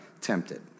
tempted